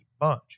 bunch